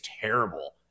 terrible